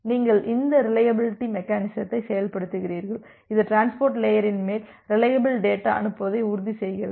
நீங்கள் இந்த ரிலையபிலிட்டி மெக்கெனிசத்தை செயல்படுத்துகிறீர்கள் இது டிரான்ஸ்போர்ட் லேயரின் மேல் ரிலையபில் டேட்டா அனுப்புவதை உறுதி செய்கிறது